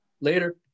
Later